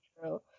true